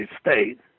state